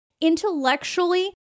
intellectually